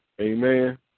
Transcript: Amen